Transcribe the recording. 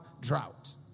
drought